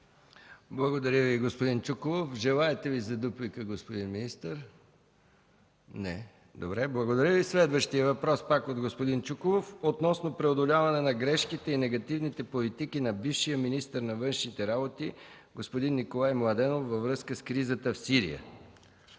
Благодаря, господин Чуколов. Желаете ли за дуплика? Господин министър? Не. Благодаря Ви. Следващият въпрос е пак от господин Чуколов относно преодоляване на грешките и негативните политики на бившия министър на външните работи господин Николай Младенов във връзка с кризата в Сирия.